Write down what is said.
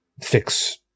fix